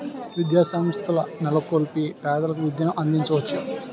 విద్యాసంస్థల నెలకొల్పి పేదలకు విద్యను అందించవచ్చు